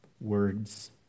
words